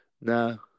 No